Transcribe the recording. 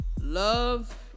love